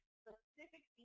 specific